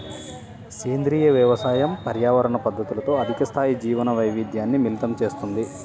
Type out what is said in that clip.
సేంద్రీయ వ్యవసాయం పర్యావరణ పద్ధతులతో అధిక స్థాయి జీవవైవిధ్యాన్ని మిళితం చేస్తుంది